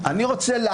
גם לא פה.